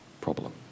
problem